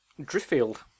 Driffield